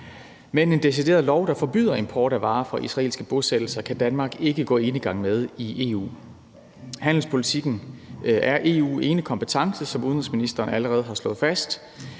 Men en decideret lov, der forbyder import af varer fra israelske bosættelser, kan Danmark ikke gå enegang med i EU. Handelspolitikken er EU-enekompetence, som udenrigsministeren allerede har slået fast.